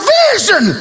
vision